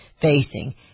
facing